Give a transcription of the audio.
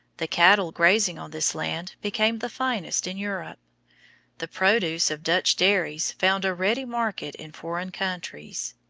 the cattle grazing on this land became the finest in europe the produce of dutch dairies found a ready market in foreign countries.